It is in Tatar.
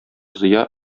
зыя